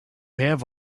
have